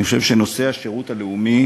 אני חושב שנושא השירות הלאומי